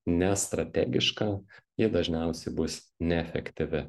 nestrategiška ji dažniausiai bus neefektyvi